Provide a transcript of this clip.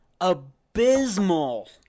abysmal